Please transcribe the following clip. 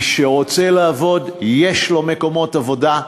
מי שרוצה לעבוד יש לו מקומות עבודה.